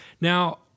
Now